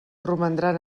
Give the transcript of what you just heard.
romandran